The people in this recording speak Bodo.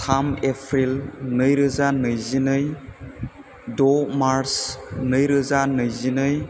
थाम एप्रिल नै रोजा नैजि नै द' मार्च नै रोजा नैजि नै